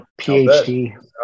PhD